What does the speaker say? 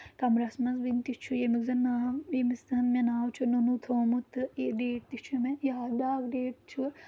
کَمرَس منٛز وٕنہِ تہِ چھُ ییٚمیُک زَن ناو ییٚمِس زَن مےٚ ناو چھُ نُنوٗ تھوومُت تہٕ یہِ ڈیٹ تہِ چھُ مےٚ یاد بیاکھ ڈیٹ چھُ